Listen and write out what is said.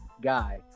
guy